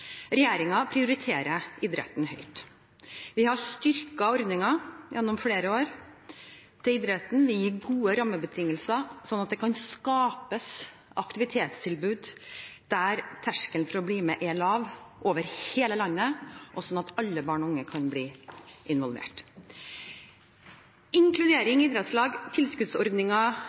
prioriterer idretten høyt. Vi har styrket ordninger for idretten gjennom flere år og gir gode rammebetingelser, slik at det kan skapes aktivitetstilbud der terskelen for å bli med er lav, over hele landet, slik at alle barn og unge kan bli involvert. Inkludering i idrettslag,